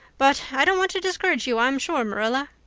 but i don't want to discourage you i'm sure, marilla.